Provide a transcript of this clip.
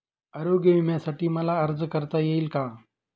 आरोग्य विम्यासाठी मला अर्ज करता येईल का?